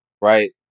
right